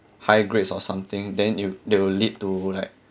high grades or something then you they will lead to like